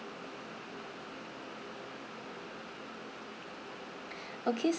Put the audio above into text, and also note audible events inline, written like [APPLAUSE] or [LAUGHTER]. [BREATH] okay